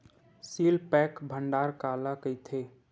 Seal pack भंडारण काला कइथे?